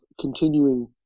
continuing